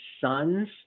sons